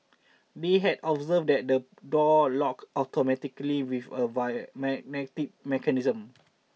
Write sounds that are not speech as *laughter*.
they had observed that the door locked automatically with a via *unintelligible* magnetic mechanism